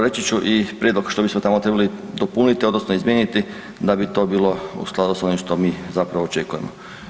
Reći ću i prijedlog što bi se tamo trebalo dopuniti odnosno izmijeniti da bi to bilo u skladu s ovim što mi zapravo očekujemo.